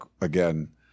again